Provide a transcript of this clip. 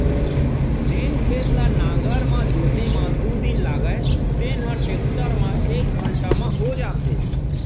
जेन खेत ल नांगर म जोते म दू दिन लागय तेन ह टेक्टर म एक डेढ़ घंटा म हो जात हे